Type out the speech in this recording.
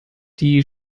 die